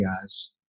guys